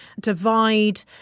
divide